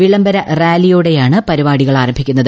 വിളംബര റാലിയോടെയാണ് പരിപാടികൾ ആരംഭിക്കുന്നത്